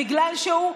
בגלל שהוא,